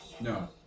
No